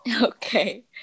Okay